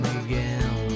again